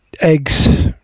eggs